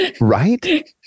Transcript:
Right